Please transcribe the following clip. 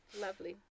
Lovely